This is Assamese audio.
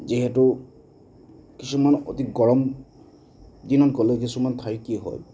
যিহেতু কিছুমান অতি গৰম দিনত গ'লে কিছুমান ঠাই কি হয়